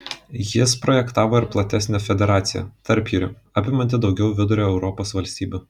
jis projektavo ir platesnę federaciją tarpjūrį apimantį daugiau vidurio europos valstybių